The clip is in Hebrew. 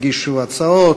כמה חברי כנסת הגישו הצעות,